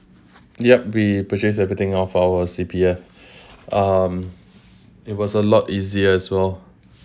yup we purchased everything off our C_P_F um it was a lot easier as well